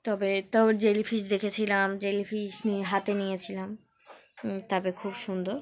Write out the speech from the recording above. তবে তাও জেলিফিশ দেখেছিলাম জেলিফিস নিয়ে হাতে নিয়েছিলাম তাদের খুব সুন্দর